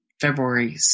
February